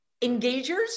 engagers